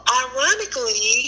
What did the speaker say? ironically